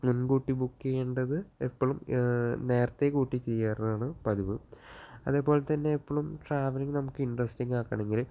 മുന്കൂട്ടി ബുക്ക് ചെയ്യേണ്ടത് എപ്പോഴും നേരത്തെ കൂട്ടി ചെയ്യാറാണ് പതിവ് അതേപോലെ തന്നെ എപ്പോഴും ട്രാവല്ലിങ്ങ് നമുക്ക് ഇന്ട്രെസ്റ്റിങ്ങ് ആക്കണമെങ്കിൽ